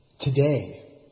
Today